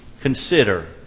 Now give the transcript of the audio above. consider